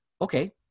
okay